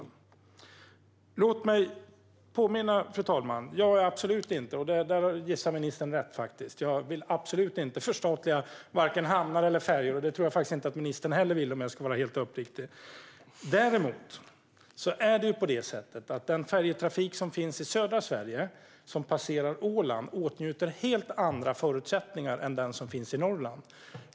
Låt mig påminna om - där gissar ministern rätt - att jag absolut inte vill förstatliga vare sig hamnar eller färjor. Det tror jag faktiskt inte att ministern heller vill om jag ska vara helt uppriktig. Däremot är det på det sättet att den färjetrafik som finns i södra Sverige och som passerar Åland åtnjuter helt andra förutsättningar än den som finns i Norrland.